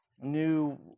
new